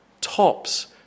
tops